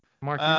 Mark